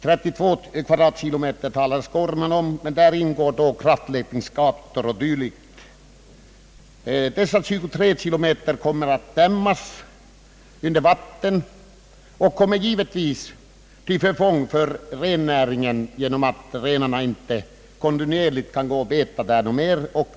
Herr Skårman talar om 32 kvadratkilometer, men däri ingår kraftlednings gator o. d. Dessa 23 kvadratkilometer kommer att dämmas över med vatten, och detta kommer givetvis att bli till förfång för rennäringen genom att renarna inte kan beta där mer.